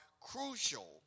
crucial